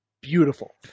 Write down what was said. beautiful